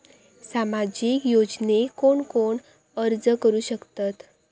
सामाजिक योजनेक कोण कोण अर्ज करू शकतत?